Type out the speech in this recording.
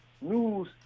news